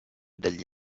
degli